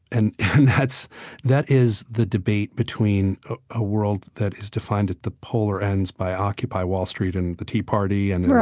and and that's, that is the debate between a world that is defined at the polar ends by occupy wall street and the tea party and yeah